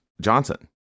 Johnson